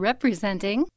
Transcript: Representing